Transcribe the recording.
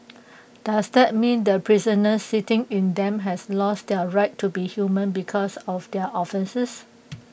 does that mean the prisoners sitting in them has lost their right to be human because of their offences